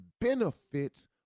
benefits